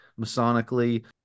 Masonically